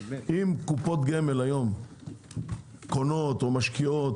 אם קופות גמל היום קונות או משקיעות,